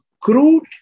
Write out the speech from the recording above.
crude